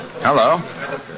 Hello